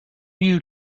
you